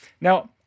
Now